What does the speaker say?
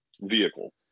vehicle